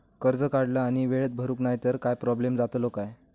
कर्ज काढला आणि वेळेत भरुक नाय तर काय प्रोब्लेम जातलो काय?